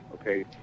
okay